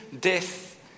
death